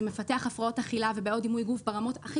זה מפתח הפרעות אכילה ובעיות דימוי גוף ברמות הכי